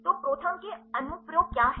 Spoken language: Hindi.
तो ProTherm के अनुप्रयोग क्या हैं